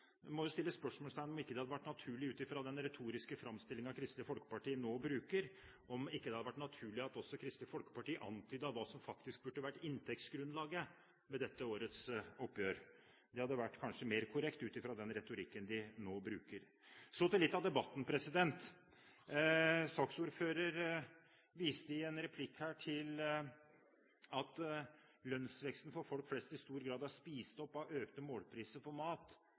må jo stille spørsmål ved om det ikke hadde vært naturlig, ut fra den retoriske framstillingen Kristelig Folkeparti nå gir, at også Kristelig Folkeparti antydet hva som faktisk burde vært inntektsgrunnlaget ved dette årets oppgjør. Det hadde kanskje vært mer korrekt, ut fra den retorikken de nå bruker. Så til litt av debatten. Saksordføreren viste i en replikk her til at «årets lønnsvekst for folk flest i stor grad er spist opp av økte målpriser på mat»